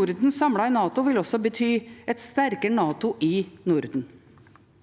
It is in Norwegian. Norden samlet i NATO vil også bety et sterkere NATO i Norden.